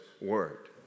word